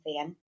fan